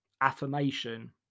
affirmation